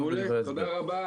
מעולה, תודה רבה.